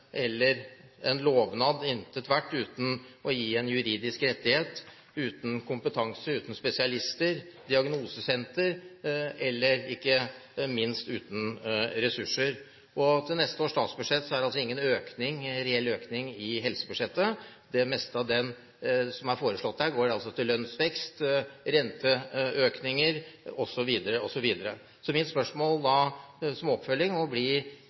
eller en lovnad, intet verdt uten å gi en juridisk rettighet, uten kompetanse, uten spesialister, uten diagnosesenter eller – ikke minst – uten ressurser. I neste års statsbudsjett er det altså ingen reell økning i helsebudsjettet. Det meste av det som er foreslått der, går til lønnsvekst, renteøkninger osv., osv. Så mitt spørsmål til statsministeren, som oppfølging,